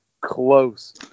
close